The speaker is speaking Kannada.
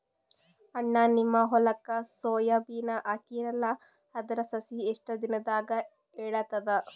ಅಣ್ಣಾ, ನಿಮ್ಮ ಹೊಲಕ್ಕ ಸೋಯ ಬೀನ ಹಾಕೀರಲಾ, ಅದರ ಸಸಿ ಎಷ್ಟ ದಿಂದಾಗ ಏಳತದ?